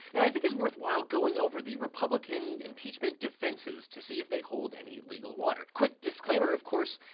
and i think it's worthwhile going over the republican impeachment defenses to see if they hold any legal water. quick disclaimer, of course,